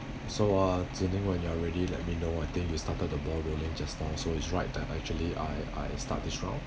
so uh zhe-ning when you are ready let me know I think you started the ball rolling just now so it's right that actually I I start this round